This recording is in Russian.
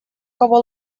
кого